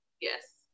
Yes